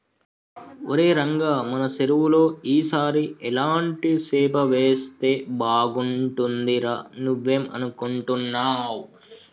ఒరై రంగ మన సెరువులో ఈ సారి ఎలాంటి సేప వేస్తే బాగుంటుందిరా నువ్వేం అనుకుంటున్నావ్